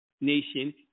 nation